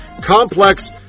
complex